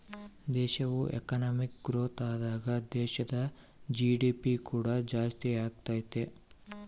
ದೇಶವು economic growth ಆದಾಗ ದೇಶದ ಜಿ.ಡಿ.ಪಿ ಕೂಡ ಜಾಸ್ತಿಯಾಗತೈತೆ